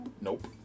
Nope